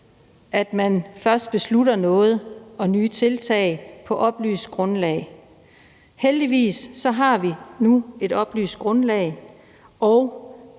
at man først beslutternye tiltag på et oplyst grundlag. Heldigvis har vi nu et oplyst grundlag. På